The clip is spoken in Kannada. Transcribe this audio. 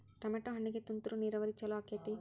ಟಮಾಟೋ ಹಣ್ಣಿಗೆ ತುಂತುರು ನೇರಾವರಿ ಛಲೋ ಆಕ್ಕೆತಿ?